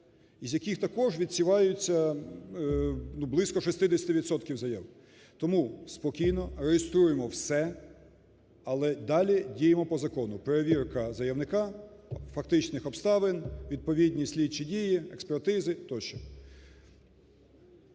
із яких також відсіваються близько 60 відсотків заяв. Тому спокійно реєструємо все, але далі діємо по закону: перевірка заявника, фактичних обставин, відповідні слідчі дії, експертизи тощо.